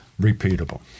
Repeatable